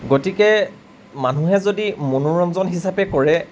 গতিকে মানুহে যদি মনোৰঞ্জন হিচাপে কৰে